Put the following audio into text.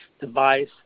device